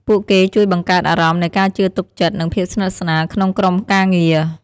ពួកគេជួយបង្កើតអារម្មណ៍នៃការជឿទុកចិត្ត និងភាពស្និទ្ធស្នាលក្នុងក្រុមការងារ។